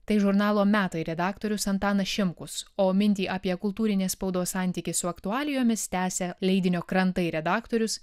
tai žurnalo metai redaktorius antanas šimkus o mintį apie kultūrinės spaudos santykį su aktualijomis tęsia leidinio krantai redaktorius